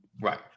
Right